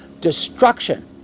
destruction